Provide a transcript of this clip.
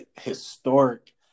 historic